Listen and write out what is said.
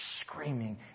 screaming